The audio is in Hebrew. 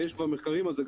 יש כבר מחקרים על זה,